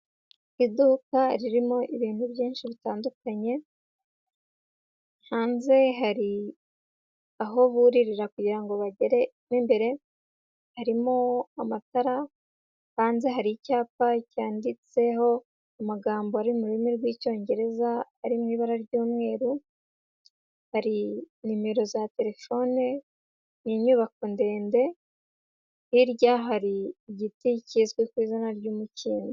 Iduka ririmo ibintu byinshi bitandukanye hanze hari aho buririra kugira ngo bagere mo imbere, harimo amatara hanze hari icyapa cyanditseho amagambo ari mu rurimi rw'Icyongereza ari mu ibara ry'umweru, hari nimero za telefone, hari inyubako ndende, hirya hari igiti kizwi ku izina ry'umukindo.